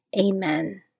Amen